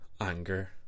anger